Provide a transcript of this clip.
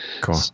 cool